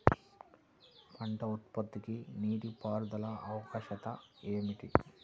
పంట ఉత్పత్తికి నీటిపారుదల ఆవశ్యకత ఏమిటీ?